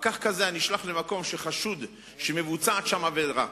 פקח כזה הנשלח למקום שיש חשד שמבוצעת שם עבירה,